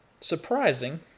Surprising